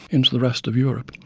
into the rest of europe.